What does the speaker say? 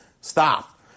stop